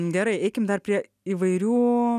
gerai eikim dar prie įvairių